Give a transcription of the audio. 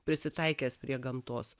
prisitaikęs prie gamtos